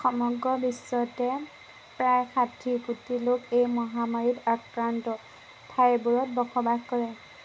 সমগ্ৰ বিশ্বতে প্ৰায় ষাঠি কোটি লোক এই মহামাৰীত আক্ৰান্ত ঠাইবোৰত বসবাস কৰে